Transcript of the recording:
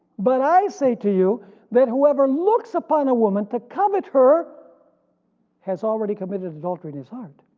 but i say to you that whoever looks upon a woman to covet her has already committed adultery in his heart.